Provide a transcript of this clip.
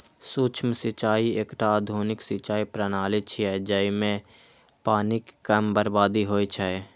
सूक्ष्म सिंचाइ एकटा आधुनिक सिंचाइ प्रणाली छियै, जइमे पानिक कम बर्बादी होइ छै